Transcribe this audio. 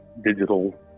digital